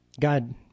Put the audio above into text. God